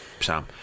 Sam